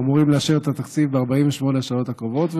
אמורים לאשר את התקציב ב-48 השעות הקרובות,